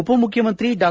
ಉಪಮುಖ್ಯಮಂತ್ರಿ ಡಾ